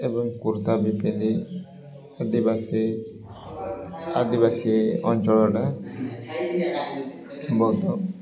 ଏବଂ କୁର୍ତ୍ତା ବି ପିନ୍ଧେ ଆଦିବାସୀ ଆଦିବାସୀ ଅଞ୍ଚଳଟା ବହୁତ